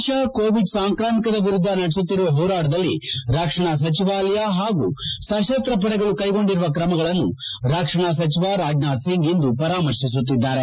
ದೇಶ ಕೋವಿಡ್ ಸಾಂಕ್ರಾಮಿಕದ ವಿರುದ್ದ ನಡೆಸುತ್ತಿರುವ ಹೋರಾಟದಲ್ಲಿ ರಕ್ಷಣಾ ಸಟವಾಲಯ ಹಾಗೂ ಸತಸ್ತ ಪಡೆಗಳು ಕ್ಕೆಗೊಂಡಿರುವ ಕ್ರಮಗಳನ್ನು ರಕ್ಷಣಾ ಸಚಿವ ರಾಜನಾಥ್ ಸಿಂಗ್ ಇಂದು ಪರಾಮರ್ತಿಸುತ್ತಿದ್ದಾರೆ